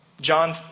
John